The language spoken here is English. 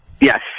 Yes